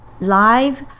live